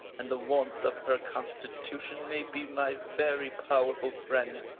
and the warmth of her constitution may be my very powerful friend.